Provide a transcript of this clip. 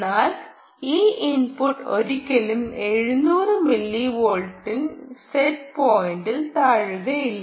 എന്നാൽ ഈ ഇൻപുട്ട് ഒരിക്കലും 700 മില്ലിവോൾട്ടിന്റെ സെറ്റ് പോയിന്റിൽ താഴെയാകില്ല